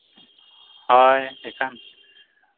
ᱦᱳᱭ ᱮᱰᱮᱠᱷᱟᱱ